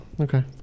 Okay